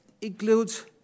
includes